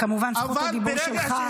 כמובן שזו זכות הדיבור שלך,